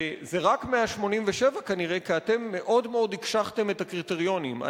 וזה רק 187 כנראה כי אתם מאוד מאוד הקשחתם את הקריטריונים.